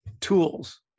tools